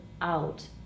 out